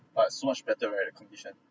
but so much better right the condition